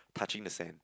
touching the sand